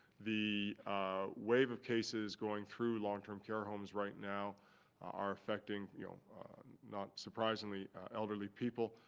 the wave of cases going through long-term care homes right now are affecting you know not surprisingly elderly people.